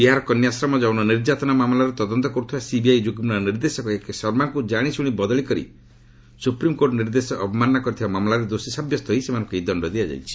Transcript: ବିହାର କନ୍ୟାଶ୍ରମ ଯୌନ ନିର୍ଯାତନା ମାମଲାର ତଦନ୍ତ କରୁଥିବା ସିବିଆଇ ଯୁଗ୍ମ ନିର୍ଦ୍ଦେଶକ ଏକେ ଶର୍ମାଙ୍କୁ ଜାଣିଶୁଣି ବଦଳି କରି ସୁପ୍ରିମ୍କୋର୍ଟ ନିର୍ଦ୍ଦେଶ ଅବମାନନା କରିଥିବା ମାମଲାରେ ଦୋଷୀ ସାବ୍ୟସ୍ତ ହୋଇ ସେମାନଙ୍କୁ ଏହି ଦଣ୍ଡ ଦିଆଯାଇଛି